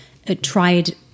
Tried